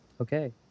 Okay